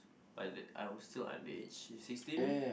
I was still underage sixteen